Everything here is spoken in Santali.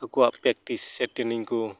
ᱟᱠᱚᱣᱟᱜ ᱯᱨᱮᱠᱴᱤᱥ ᱥᱮ ᱴᱨᱮᱱᱤᱝ ᱠᱚ